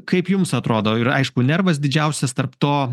kaip jums atrodo ir aišku nervas didžiausias tarp to